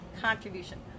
contribution